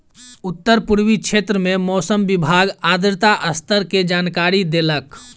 उत्तर पूर्वी क्षेत्र में मौसम विभाग आर्द्रता स्तर के जानकारी देलक